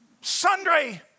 sundry